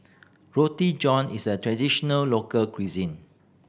Roti John is a traditional local cuisine